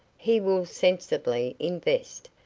he will sensibly invest,